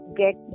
get